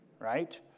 right